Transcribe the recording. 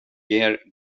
ger